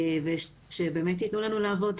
ושבאמת ייתנו לנו לעבוד.